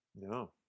No